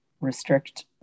restrict